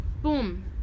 Boom